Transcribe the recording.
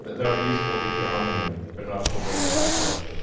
but that would be useful if you're on the moon, but not for bringing it back to earth.